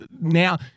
now